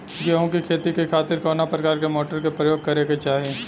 गेहूँ के खेती के खातिर कवना प्रकार के मोटर के प्रयोग करे के चाही?